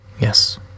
Yes